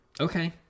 Okay